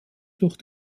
durch